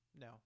No